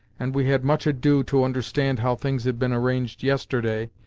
and we had much ado to understand how things had been arranged yesterday,